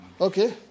Okay